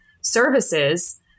services